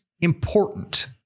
important